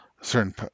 certain